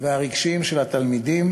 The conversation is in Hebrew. והרגשיים של התלמידים,